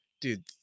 dude